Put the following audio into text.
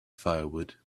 firewood